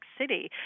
City